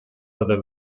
other